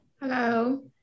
Hello